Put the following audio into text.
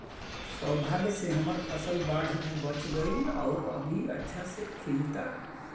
सौभाग्य से हमर फसल बाढ़ में बच गइल आउर अभी अच्छा से खिलता